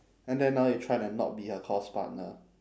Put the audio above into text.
and then now you're trying to not be her course partner